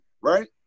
right